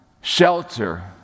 shelter